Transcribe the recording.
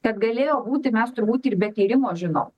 kad galėjo būti mes turbūt ir be tyrimo žinom